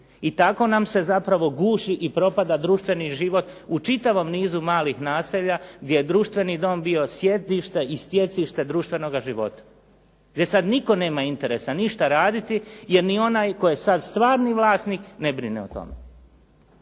I tako nam se zapravo guši i propada društveni život u čitavom nizu malih naselja, gdje je društveni dom bio sjedište i stjecište društvenoga života, gdje sad nitko nema interesa ništa raditi, jer ni onaj koji je sad stvarni vlasnik ne brine o tome.